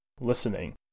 listening